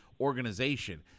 organization